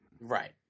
Right